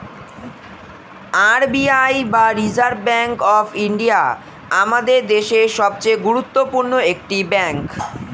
R B I বা Reserve Bank of India আমাদের দেশের সবচেয়ে গুরুত্বপূর্ণ একটি ব্যাঙ্ক